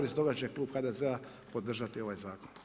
I stoga će Klub HZD-a podržati ovaj zakon.